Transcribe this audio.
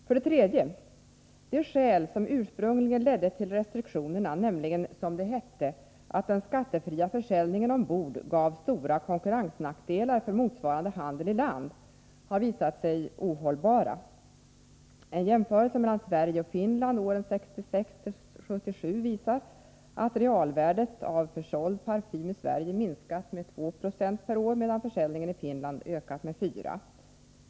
För det tredje: De skäl som ursprungligen ledde till restriktionerna, nämligen att den skattefria försäljningen ombord gav stora konkurrensnackdelar för motsvarande handel iland, som det hette, har visat sig ohållbara. En jämförelse mellan Sverige och Finland åren 1966-1977 visar att realvärdet av försåld parfym i Sverige minskat med 2 90 per år, medan försäljningen i Finland ökat med 496.